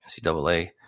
NCAA